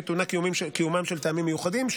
שטעונה קיומם של טעמים מיוחדים,